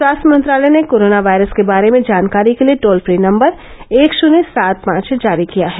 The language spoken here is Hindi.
स्वास्थ्य मंत्रालय ने कोरोना वायरस के बारे में जानकारी के लिए टोल फ्री नम्बर एक शन्य सात पांच जारी किया है